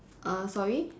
err sorry